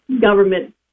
government